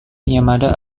yamada